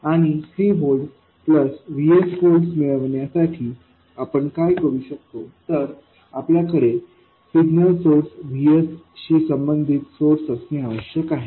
आणि 3 volt plus VSव्होल्टस् मिळवण्यासाठी आपण काय करू शकतो तर आपल्याकडे सिग्नल सोर्स VSशी संबंधित सोर्स असणे आवश्यक आहे